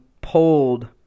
pulled